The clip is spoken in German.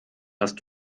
hast